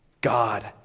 God